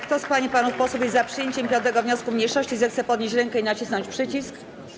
Kto z pań i panów posłów jest za przyjęciem 5. wniosku mniejszości, zechce podnieść rękę i nacisnąć przycisk.